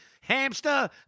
hamster